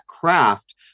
craft